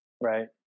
Right